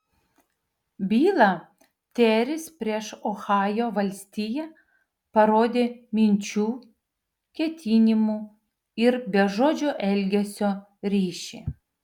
byla teris prieš ohajo valstiją parodė minčių ketinimų ir bežodžio elgesio ryšį